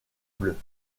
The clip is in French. bleues